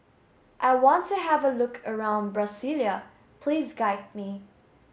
I want to have a look around Brasilia Please guide me